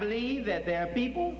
believe that there are people